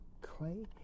clay